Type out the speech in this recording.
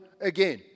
again